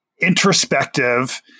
introspective